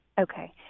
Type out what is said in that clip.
Okay